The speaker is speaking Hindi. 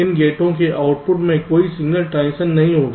इन गेटो के आउटपुट में कोई सिगनल ट्रांजिशन नहीं होगा